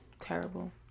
Terrible